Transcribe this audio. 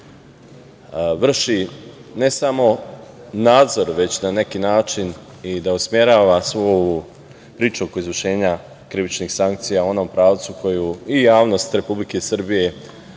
da vrši ne samo nadzor, već na neki način i da usmerava svu ovu priču oko izvršenja krivičnih sankcija u onom pravcu koju i javnost Republike Srbije,